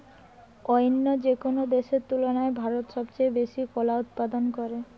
অইন্য যেকোনো দেশের তুলনায় ভারত সবচেয়ে বেশি কলা উৎপাদন করে